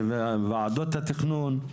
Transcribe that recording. מוועדות התכנון,